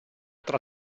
otra